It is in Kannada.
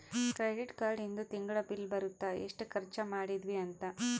ಕ್ರೆಡಿಟ್ ಕಾರ್ಡ್ ಇಂದು ತಿಂಗಳ ಬಿಲ್ ಬರುತ್ತ ಎಸ್ಟ ಖರ್ಚ ಮದಿದ್ವಿ ಅಂತ